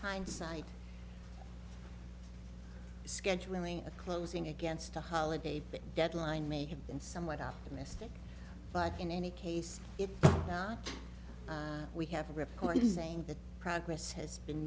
hindsight scheduling a closing against a holiday that deadline may have been somewhat optimistic but in any case if not we have a report saying that progress has been